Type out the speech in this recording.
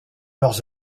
leurs